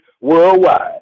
worldwide